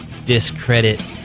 Discredit